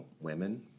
women